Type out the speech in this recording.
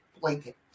blanket